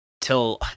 till